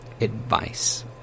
advice